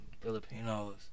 Filipinos